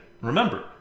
Remember